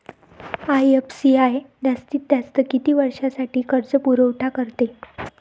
IFCI जास्तीत जास्त किती वर्षासाठी कर्जपुरवठा करते?